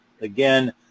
Again